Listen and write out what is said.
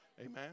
Amen